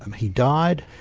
um he died,